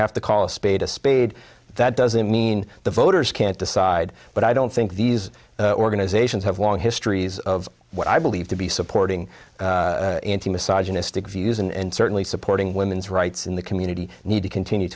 have to call a spade a spade that doesn't mean the voters can't decide but i don't think these organizations have long histories of what i believe to be supporting views and certainly supporting women's rights in the community need to continue